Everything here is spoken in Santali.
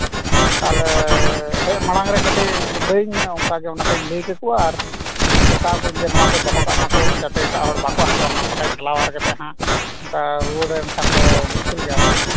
ᱛᱟᱦᱞᱮ ᱦᱮᱡ ᱢᱟᱲᱟᱝ ᱨᱮ ᱠᱟᱹᱴᱤᱡ ᱞᱟᱹᱭᱟᱹᱧ ᱢᱮ ᱚᱱᱠᱟ ᱜᱮ ᱚᱱᱟᱠᱷᱟᱱ ᱞᱟᱹᱭ ᱠᱮᱠᱚᱣᱟ ᱟᱨ ᱢᱮᱛᱟᱣᱟᱠᱚᱣᱟᱹᱧ ᱡᱟᱛᱮ ᱱᱚᱣᱟ ᱠᱚ ᱫᱚᱦᱚ ᱠᱟᱜ ᱢᱟᱠᱚ ᱡᱟᱛᱮ ᱮᱴᱟᱜ ᱦᱚᱲ ᱵᱟᱠᱚ ᱦᱟᱛᱟᱣ ᱢᱟ ᱵᱟᱠᱷᱟᱡ ᱪᱟᱞᱟᱣ ᱠᱟᱛᱮ ᱦᱟᱸᱜ ᱨᱩᱣᱟᱹᱲᱮᱱ ᱠᱷᱟᱱ ᱫᱚ ᱢᱩᱥᱠᱤᱞ ᱜᱮᱭᱟ ᱥᱮ